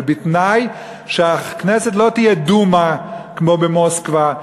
אבל בתנאי שהכנסת לא תהיה "דומה" כמו במוסקבה,